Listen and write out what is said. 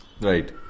Right